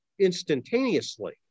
instantaneously